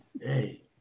Hey